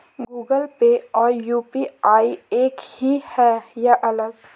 Google Pay और UPI एक ही है या अलग?